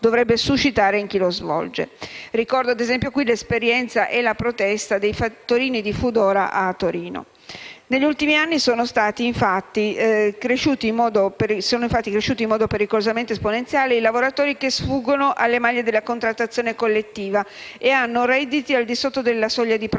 dovrebbe suscitare in chi lo svolge. Ricordo - ad esempio - l'esperienza e la protesta dei fattorini di Foodora a Torino. Negli ultimi anni è cresciuto in modo pericolosamente esponenziale il numero dei lavoratori che sfuggono alle maglie della contrattazione collettiva e hanno redditi al di sotto della soglia di povertà.